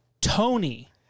Tony